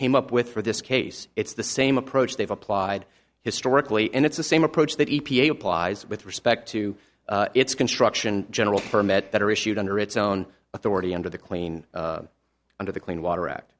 came up with for this case it's the same approach they've applied historically and it's the same approach that e p a applies with respect to its construction general permit that are issued under its own authority under the clean under the clean water